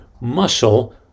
muscle